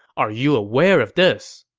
are you aware of this?